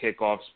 kickoffs